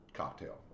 cocktail